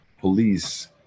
police